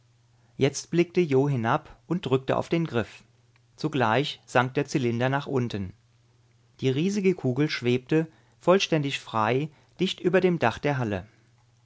jetzt blickte jo hinab und drückte auf den griff zugleich sank der zylinder nach unten die riesige kugel schwebte vollständig frei dicht über dem dach der halle